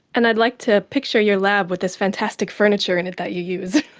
and i'd like to picture your lab with this fantastic furniture in it that you use.